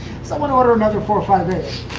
someone order another four hundred